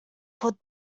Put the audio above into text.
put